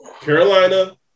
Carolina